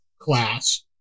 class